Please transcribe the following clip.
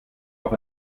auch